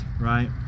right